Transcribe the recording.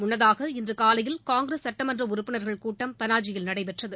முன்னதாக இன்று காலையில் காங்கிரஸ் சட்டமன்ற உறுப்பினர்கள் கூட்டம் பளாஜியில் நடைபெற்றது